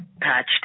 patched